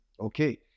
Okay